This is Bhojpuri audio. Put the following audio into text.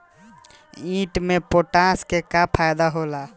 ईख मे पोटास के का फायदा होला?